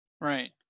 Right